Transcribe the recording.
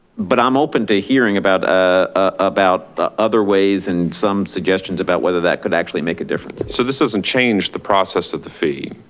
but i'm open to hearing about ah about other ways and some suggestions about whether that could actually make a difference. so this doesn't change the process of the fee.